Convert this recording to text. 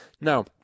Now